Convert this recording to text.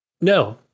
No